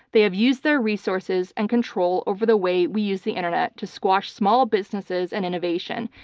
they have used their resources and control over the way we use the internet to squash small businesses and innovation,